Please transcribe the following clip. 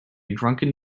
drunken